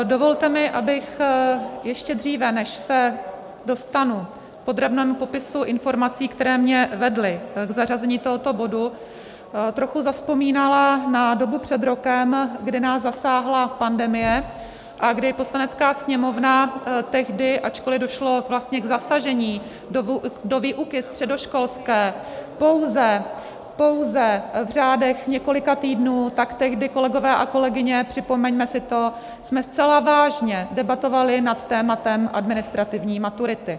Dovolte mi, abych ještě dříve, než se dostanu k podrobnému popisu informací, které mě vedly k zařazení tohoto bodu, trochu zavzpomínala na dobu před rokem, kdy nás zasáhla pandemie a kdy Poslanecká sněmovna tehdy, ačkoli došlo vlastně k zasažení do výuky středoškolské pouze v řádech několika týdnů, tak tehdy, kolegové a kolegyně, připomeňme si to, jsme zcela vážně debatovali nad tématem administrativní maturity.